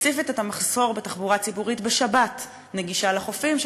וספציפית את המחסור בתחבורה ציבורית נגישה לחופים בשבת,